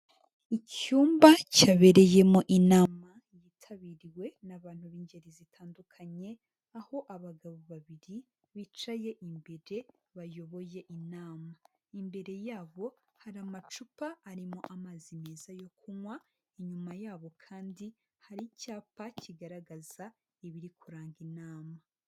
Icyumba cyabereyemo inama yitabiriwe n'abantu b'ingeri zitandukanye, aho abagabo babiri bicaye imbere bayoboye inama. Imbere yabo hari amacupa arimo amazi meza yo kunywa, inyuma yabo kandi hari icyapa kigaragaza ibiri kuranga inama.